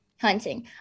hunting